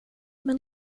men